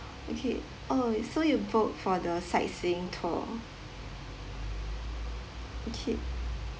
okay oh so you booked for the sightseeing tour okay uh